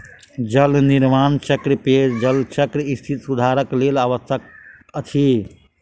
जल निर्माण चक्र पेयजलक स्थिति सुधारक लेल आवश्यक अछि